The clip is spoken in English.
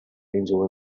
angel